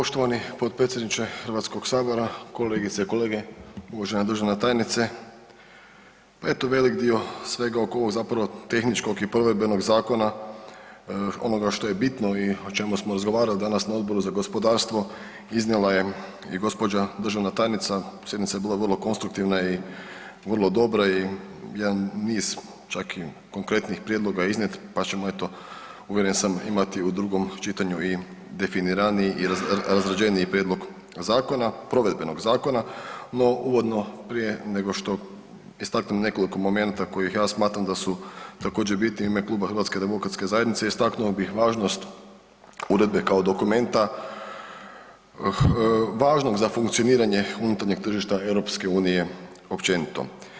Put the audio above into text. Poštovani potpredsjedniče Hrvatskog sabora, kolegice i kolege, uvažena državna tajnice eto velik dio svega oko ovog zapravo tehničkog i provedbenog zakona, onoga što je bitno i o čemu smo razgovarali danas na Odboru za gospodarstvo iznijela je i gospođa državna tajnica, sjednica je bila vrlo konstruktivna i vrlo dobra i jedan niz čak i konkretnijih prijedloga je iznijet pa ćemo eto uvjeren sam imati u drugom čitanju i definiraniji i razrađeniji prijedlog zakona, provedbenog zakona no uvodno prije nego istaknem nekoliko momenata kojih ja smatram da su također bitni u ime Kluba HDZ-a istaknuo bih važnost uredbe kao dokumenta važnog za funkcioniranje unutarnjeg tržišta EU općenito.